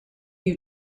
you